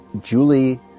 Julie